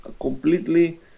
completely